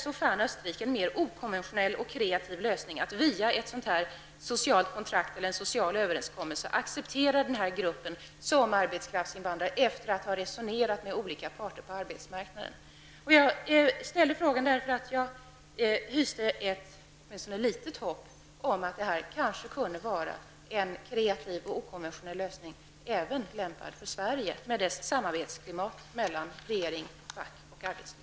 Här fann Österrike en mer okonventionell och kreativ lösning efter resonemang med olika parter på arbetsmarknaden att med hjälp av ett socialt kontrakt, eller överenskommelse, acceptera denna grupp som arbetskraftsinvandrare. Jag ställde denna fråga för att jag hyste ett litet hopp om att detta kan vara en kreativ och okonventionell lösning även lämpad för Sverige med dess samarbetsklimat mellan regering, fack och arbetsliv.